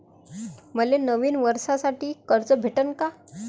मले नवीन वर्षासाठी कर्ज भेटन का?